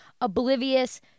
oblivious